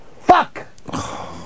Fuck